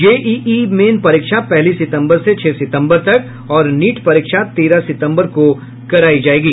जे E E Main परीक्षा पहली सितम्बर से छह सितम्बर तक और नीट परीक्षा तेरह सितम्बर को करायी जायेगी